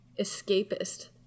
Escapist